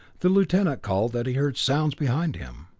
the lieutenant called that he heard sounds behind him.